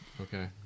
okay